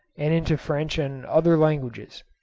and into french and other languages.